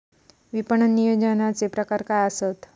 विपणन नियोजनाचे प्रकार काय आसत?